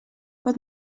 wat